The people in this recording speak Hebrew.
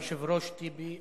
היושב-ראש טיבי,